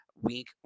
Week